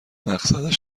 مقصد